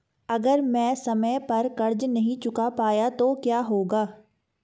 अगर मैं समय पर कर्ज़ नहीं चुका पाया तो क्या होगा?